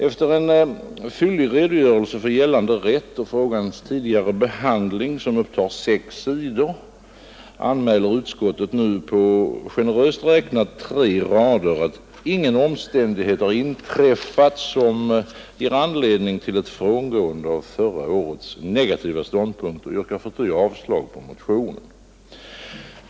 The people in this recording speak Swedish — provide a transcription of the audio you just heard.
Efter en fyllig redogörelse för gällande rätt och frågans tidigare behandling, som upptar sex sidor, anmäler utskottet nu på generöst räknat tre rader att ingen omständighet inträffat, som ger anledning till ett frångående av förra årets negativa ståndpunkt, och yrkar förty avslag på motionen.